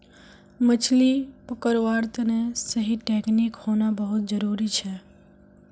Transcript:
मछली पकड़वार तने सही टेक्नीक होना बहुत जरूरी छ